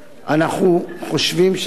אנחנו חושבים שהדבר